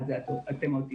ועל זה אתם עוד תשמעו.